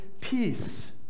peace